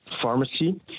pharmacy